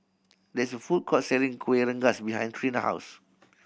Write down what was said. there is a food court selling Kueh Rengas behind Trina house